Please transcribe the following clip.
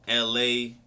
LA